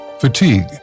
fatigue